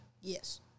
Yes